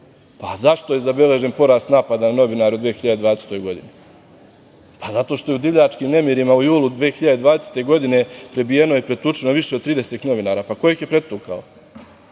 Pa, zašto je zabeležen porast napada na novinare u 2020. godini? Pa, zato što je u divljačkim nemirima u julu 2020. godine prebijeno i pretučeno više od 30 novinara. Pa, ko ih je pretukao?